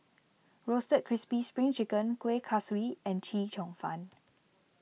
Roasted Crispy Spring Chicken Kueh Kaswi and Chee Cheong Fun